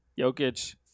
Jokic